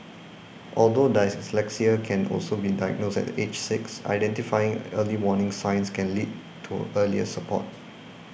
although dyslexia can only be diagnosed at age six identifying early warning signs can lead to earlier support